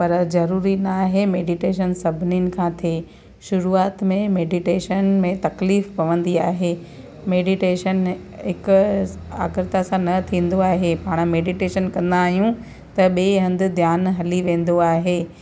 पर ज़रूरी नाहे मेडीटेशन सभिनीनि खां थिए शुरूआति में मेडीटेशन में तकलीफ़ु पवंदी आहे मेडीटेशन हिकु स आक्रता सां न थींदो आहे पाण मेडीटेशन कंदा आहियूं त ॿिए हंधु ध्यानु हली वेंदो आहे